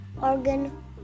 Organ